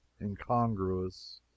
incongruous